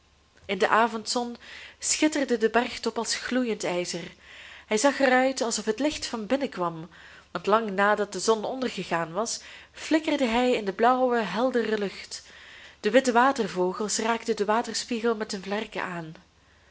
in de avondzon schitterde de bergtop als gloeiend ijzer hij zag er uit alsof het licht van binnen kwam want lang nadat de zon ondergegaan was flikkerde hij in de blauwe heldere lucht de witte watervogels raakten den waterspiegel met hun vlerken aan